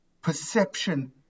perception